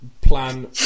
plan